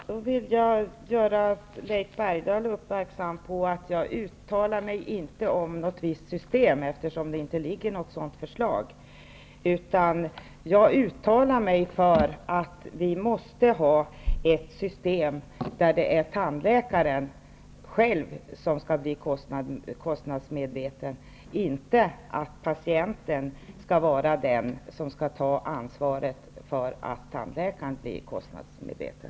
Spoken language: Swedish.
Fru talman! Jag vill göra Leif Bergdahl uppmärksam på att jag inte uttalade mig om något visst system, eftersom det inte finns något sådant förslag, utan jag uttalade mig för ett system, där tandläkaren själv är kostnadsmedveten, och där inte patienten är den som skall ta ansvaret för att tandläkaren blir kostnadsmedveten.